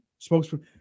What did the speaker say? Spokesperson